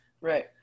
right